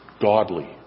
godly